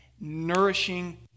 nourishing